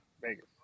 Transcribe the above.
Vegas